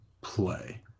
play